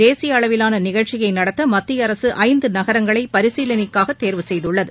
தேசிய அளவிலான நிகழ்ச்சியை நடத்த மத்திய அரசு ஐந்து நகரங்களை பரிசீலனைக்காக தேர்வு செய்துள்ளது